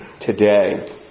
today